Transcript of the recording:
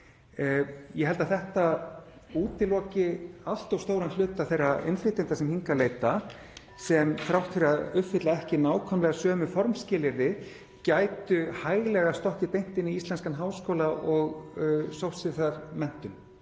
Ég held að þetta útiloki allt of stóran hluta þeirra innflytjenda sem hingað leita (Forseti hringir.) sem þrátt fyrir að uppfylla ekki nákvæmlega sömu formskilyrði gætu hæglega stokkið beint inn í íslenskan háskóla og sótt sér þar menntun.